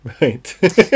right